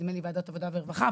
נדמה לי וועדת העבודה והרווחה,